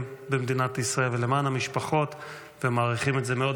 במדינת ישראל ולמען המשפחות ומעריכים את זה מאוד.